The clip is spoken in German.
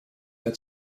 der